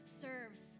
serves